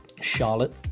Charlotte